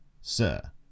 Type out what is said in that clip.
Sir